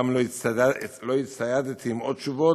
גם לא הצטיידתי בעוד תשובות,